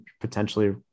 potentially